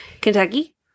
Kentucky